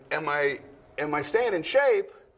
am i am i staying in shape?